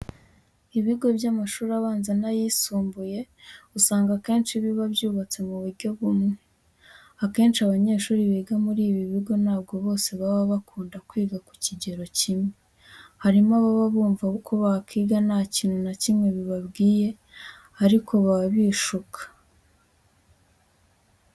Ibigo by'amashuri abanza n'ayisumbuye usanga akenshi biba byubatse mu buryo bumwe. Akenshi abanyeshuri biga muri ibi bigo ntabwo bose baba bakunda kwiga ku kigero kimwe. Harimo ababa bumva ko kwiga nta kintu na kimwe bibabwiye ariko baba bishuka.